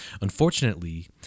Unfortunately